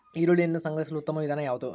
ಈರುಳ್ಳಿಯನ್ನು ಸಂಗ್ರಹಿಸಲು ಉತ್ತಮ ವಿಧಾನ ಯಾವುದು?